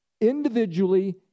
Individually